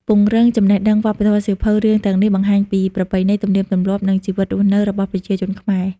ពង្រឹងចំណេះដឹងវប្បធម៌សៀវភៅរឿងទាំងនេះបង្ហាញពីប្រពៃណី ទំនៀមទម្លាប់ និងជីវិតរស់នៅរបស់ប្រជាជនខ្មែរ។